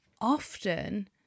often